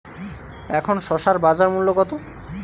এখন শসার বাজার মূল্য কত?